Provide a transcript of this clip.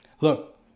Look